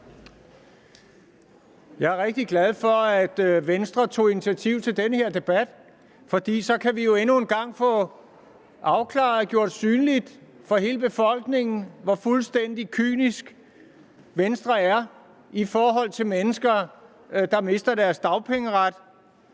Jeg er rigtig glad for, at Venstre tog initiativ til den her debat, for så kan vi jo endnu en gang få afklaret og gjort synligt for hele befolkningen, hvor fuldstændig kynisk Venstre er over for mennesker, der mister deres dagpengeret.